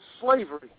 slavery